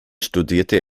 studierte